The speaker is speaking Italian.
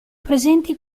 presenti